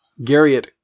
Garriott